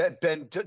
ben